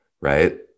right